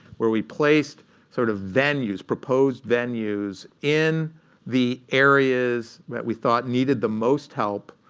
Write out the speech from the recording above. where we placed sort of venues, proposed venues, in the areas that we thought needed the most help,